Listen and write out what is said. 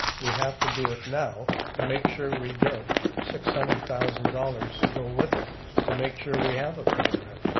we have to do it now to make sure we get six hundred thousand dollars to go with it to make sure we have a program.